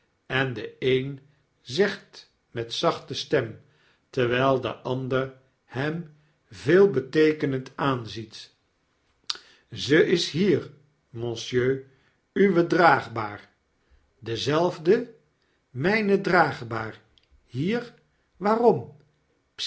en de een zegt met zachte stem terwijl de ander hem veelbeteekenend aanziet ze is hier monsieur uwe draagbaar dezelfde my ne draagbaar hier waarom